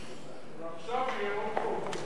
ועכשיו יהיה עוד חוק.